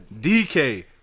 DK